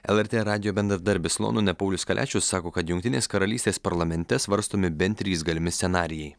lrt radijo bendradarbis londone paulius kaliačius sako kad jungtinės karalystės parlamente svarstomi bent trys galimi scenarijai